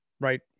right